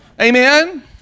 amen